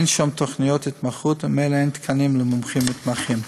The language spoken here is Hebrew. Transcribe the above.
אין שם תוכניות התמחות וממילא אין תקנים למומחים ולמתמחים.